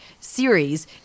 series